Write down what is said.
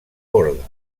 borda